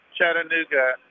Chattanooga